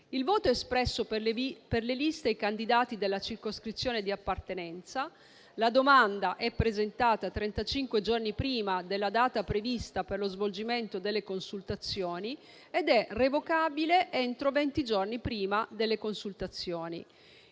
Il voto è espresso per le liste dei candidati della circoscrizione di appartenenza, la domanda è presentata trentacinque giorni prima della data prevista per lo svolgimento delle consultazioni ed è revocabile entro venti giorni prima delle consultazioni;